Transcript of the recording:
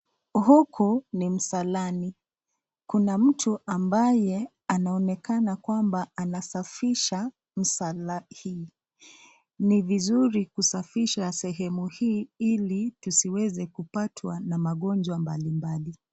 Huku ni msalani, kuna mtu ambaye anaonekana kwamba anasafisha msala hii. Ni vizuri kusafisha sehemu hii ili tusiweze kupatwa na magonjwa mbalimbali.